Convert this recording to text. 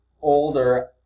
older